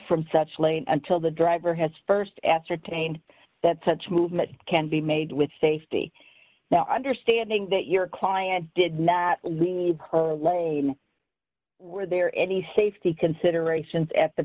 from such lane until the driver has st ascertained that such movement can be made with safety now understanding that your client did not leave her lane were there any safety considerations at th